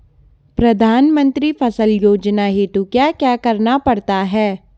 प्रधानमंत्री फसल योजना हेतु क्या क्या करना पड़ता है?